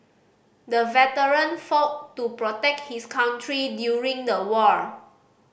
the veteran fought to protect his country during the war